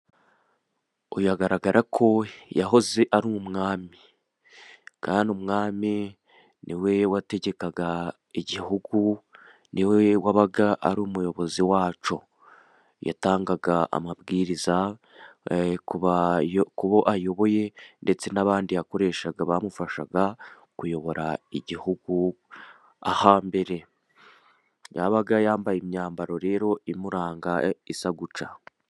Uyu agaragara ko yahoze ari umwami. Kandi umwami ni we wategekaga igihugu, ni we wabaga ari umuyobozi wacyo. Yatangaga amabwiriza kubo ayoboye ndetse n'abandi yakoreshaga bamufashaga kuyobora igihugu. Ahambere yabaga yambaye imyambaro rero imuranga isa utya;.......